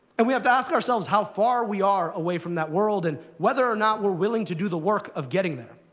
and we have to ask ourselves how far we are away from that world, and whether or not we're willing to do the work of getting there.